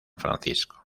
francisco